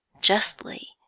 justly